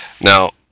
Now